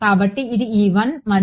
కాబట్టి ఇది మరియు